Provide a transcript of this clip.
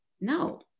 no